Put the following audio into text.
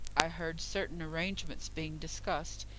i heard certain arrangements being discussed,